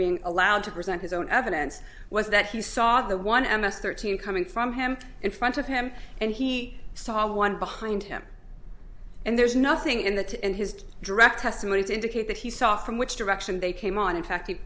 being allowed to present his own evidence was that he saw the one m s thirteen coming from him in front of him and he i saw one behind him and there's nothing in that in his direct testimony to indicate that he saw from which direction they came on in fact he